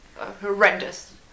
Horrendous